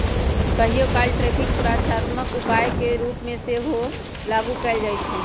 कहियोकाल टैरिफ सुरक्षात्मक उपाय के रूप में सेहो लागू कएल जाइ छइ